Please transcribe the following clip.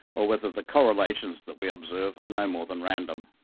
or whether the correlations that we observe are no more than random.